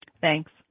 Thanks